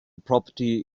property